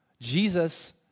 Jesus